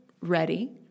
ready